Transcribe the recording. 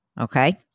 Okay